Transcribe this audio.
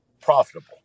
profitable